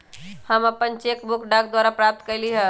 हम अपन cheque book डाक द्वारा प्राप्त कईली ह